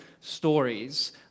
stories